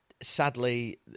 sadly